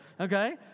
okay